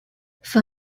for